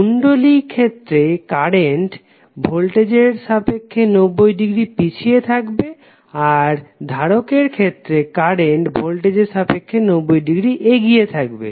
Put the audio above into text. কুণ্ডলীর ক্ষেত্রে কারেন্ট ভোল্টেজের সাপেক্ষে 90 ডিগ্রী পিছিয়ে থাকবে আর ধারকের ক্ষেত্রে কারেন্ট ভোল্টেজের সাপেক্ষে 90 ডিগ্রী এগিয়ে থাকবে